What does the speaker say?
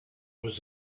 was